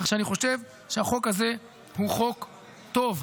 כך שאני חושב שהחוק הזה הוא חוק טוב,